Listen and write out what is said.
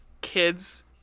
kids